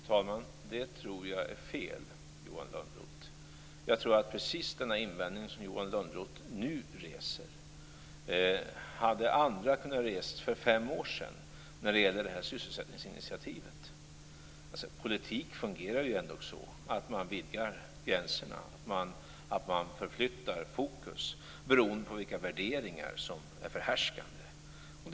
Fru talman! Det tror jag är fel, Johan Lönnroth. Precis den invändning som Johan Lönnroth nu reser hade andra kunnat ha rest för fem år sedan när det gäller detta sysselsättningsinitiativ. Politik fungerar ändå så att man vidgar gränserna. Man förflyttar fokus beroende på vilka värderingar som är förhärskande.